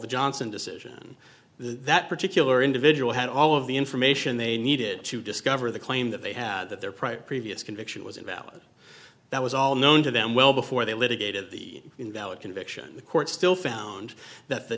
the johnson decision that particular individual had all of the information they needed to discover the claim that they had that their prior previous conviction was invalid that was all known to them well before they litigated the invalid conviction the court still found that the